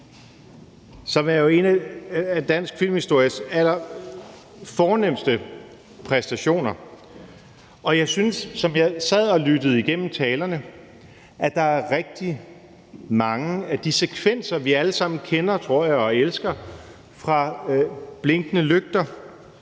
som er en af dansk filmhistories allerfornemste film. Som jeg sad og lyttede igennem talerne, synes jeg, at der er rigtig mange af de frekvenser, vi alle sammen kender og, tror jeg, elsker fra »Blinkende lygter«,